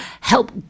help